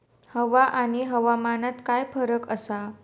हवा आणि हवामानात काय फरक असा?